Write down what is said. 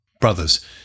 Brothers